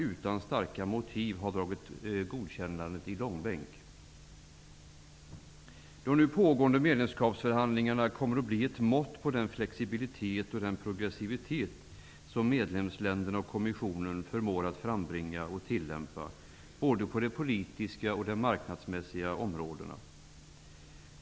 Utan starka motiv har man dragit godkännandet i långbänk. De nu pågående medlemskapsförhandlingarna kommer att bli ett mått på den flexibilitet och progressivitet som medlemsländerna och kommissionen förmår frambringa och tillämpa, både på de politiska och på de marknadsmässiga områdena.